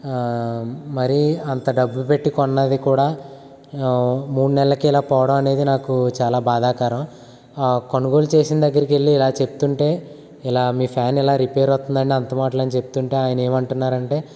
మరీ అంత డబ్బు పెట్టి కొన్నది కూడా మూడు నెలలకే ఇలా పోవడం అనేది నాకు చాలా బాధాకరం కొనుగోలు చేసిన దగ్గరకెళ్ళి ఇలా చెప్తుంటే ఇలా మీ ఫ్యాన్ ఇలా రిపేర్ వస్తుందండి అన్ని మాట్లు అని చెప్పి చెప్తుంటే ఆయన ఏమంటున్నారంటే